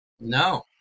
No